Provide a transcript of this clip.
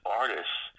artists